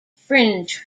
fringe